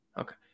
okay